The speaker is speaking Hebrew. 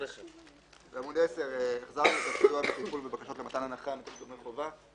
בעמ' 10 החזרנו את הסיוע בבקשות למתן הנחה מתשלומי חובה.